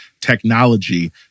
technology